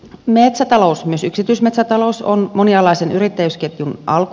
metsätalous myös yksityismetsätalous on monialaisen yrittäjyysketjun alku